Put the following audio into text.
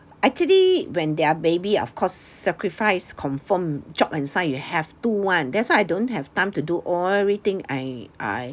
actually when their baby of course sacrifice confirm chop and sign you have to [one] that's why I don't have time to do everything I I